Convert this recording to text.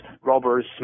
robbers